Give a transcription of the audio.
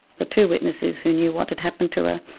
the two witnesses who knew what had happened to her,